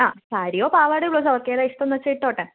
ആ സാരിയോ പാവാടയോ ബ്ലൗസോ അവർക്കേതാണ് ഇഷ്ടം എന്ന് വെച്ചാൽ ഇട്ടോട്ടെ